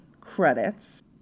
credits